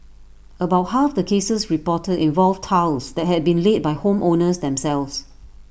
about half the cases reported involved tiles that had been laid by home owners themselves